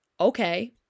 okay